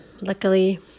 luckily